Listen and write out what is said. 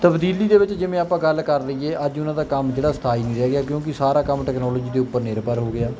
ਤਬਦੀਲੀ ਦੇ ਵਿੱਚ ਜਿਵੇਂ ਆਪਾਂ ਗੱਲ ਕਰ ਲਈਏ ਅੱਜ ਉਹਨਾਂ ਦਾ ਕੰਮ ਜਿਹੜਾ ਸਥਾਈ ਨਹੀਂ ਰਹਿ ਗਿਆ ਕਿਉਂਕਿ ਸਾਰਾ ਕੰਮ ਟਕਨੋਲੋਜੀ ਦੇ ਉੱਪਰ ਨਿਰਭਰ ਹੋ ਗਿਆ